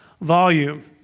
volume